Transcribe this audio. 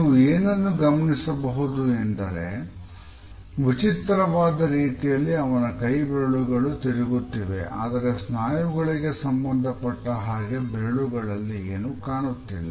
ನೀವು ಏನನ್ನು ಗಮನಿಸಬಹುದು ಅಂದರೆ ವಿಚಿತ್ರವಾದ ರೀತಿಯಲ್ಲಿ ಅವನ ಕೈಬೆರಳುಗಳು ತಿರುಗುತ್ತಿವೆ ಆದರೆ ಸ್ನಾಯುಗಳಿಗೆ ಸಂಬಂಧಪಟ್ಟಹಾಗೆ ಬೆರಳುಗಳಲ್ಲಿ ಏನು ಕಾಣುತ್ತಿಲ್ಲ